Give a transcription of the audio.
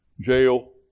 jail